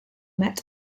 met